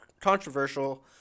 controversial